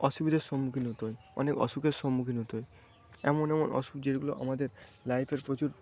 অসুবিধার সম্মুখীন হতে হয় অনেক অসুখের সম্মুখীন হতে হয় এমন এমন অসুখ যেগুলো আমাদের লাইফের প্রচুর